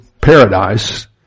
paradise